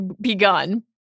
begun